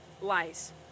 lies